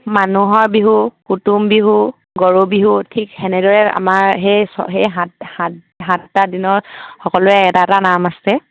মানুহৰ বিহু কুটুম বিহু গৰু বিহু ঠিক সেনেদৰে আমাৰ সেই সাতটা দিনত সকলোৰে এটা এটা নাম আছে